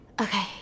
Okay